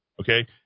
okay